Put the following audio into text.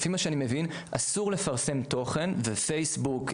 לפי מה שאני מבין אסור לפרסם תוכן ופייסבוק,